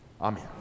Amen